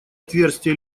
отверстия